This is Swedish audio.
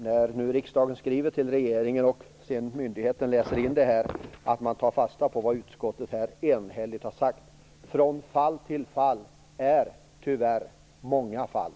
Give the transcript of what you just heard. När nu riksdagen skriver till regeringen och myndigheten sedan läser in detta är det därför viktigt att man tar fasta på vad utskottet enhälligt har skrivit. "Från fall till fall" är tyvärr många fall.